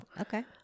Okay